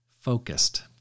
focused